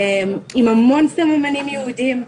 עם המון סממנים יהודיים.